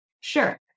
Sure